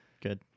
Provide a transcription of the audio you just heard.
Good